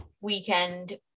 weekend